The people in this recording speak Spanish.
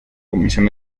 comisión